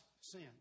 sin